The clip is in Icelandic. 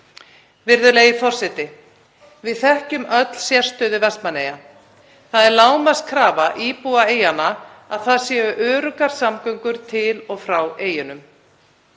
Virðulegi forseti. Við þekkjum öll sérstöðu Vestmannaeyja. Það er lágmarkskrafa íbúa eyjanna að það séu öruggar samgöngur til og frá eyjunum.